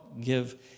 Give